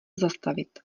zastavit